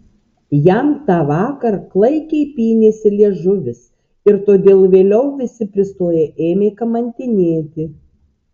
jam tą vakar klaikiai pynėsi liežuvis ir todėl vėliau visi pristoję ėmė kamantinėti